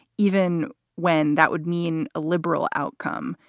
even when that would mean a liberal outcome.